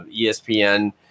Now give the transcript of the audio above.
ESPN